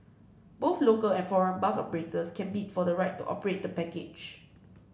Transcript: both local and foreign bus operators can bid for the right to operate the package